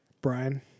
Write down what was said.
Brian